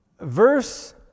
Verse